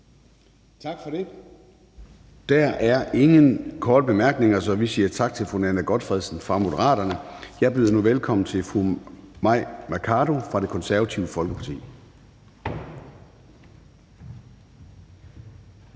Tak for det. Der er ingen korte bemærkninger. Vi siger tak til hr. Mohammad Rona fra Moderaterne. Jeg byder nu velkommen til hr. Rasmus Jarlov fra Det Konservative Folkeparti.